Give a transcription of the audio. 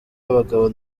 y’abagabo